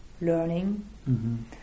learning